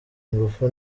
ingufu